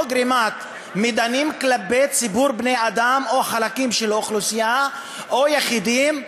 או גרימת מדנים כלפי ציבור בני-אדם או חלקים של אוכלוסייה או יחידים,